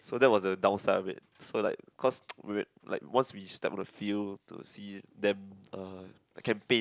so that was the downside of it so like cause we like once we step on the field to see them uh campaign